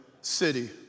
city